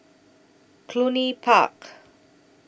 Cluny Park